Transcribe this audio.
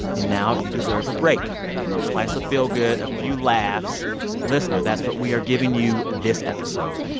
and now you deserve a break a little slice of feelgood, a few laughs listener, that's what we are giving you this episode.